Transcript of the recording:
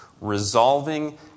resolving